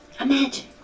Imagine